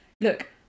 look